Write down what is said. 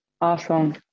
Awesome